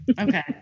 okay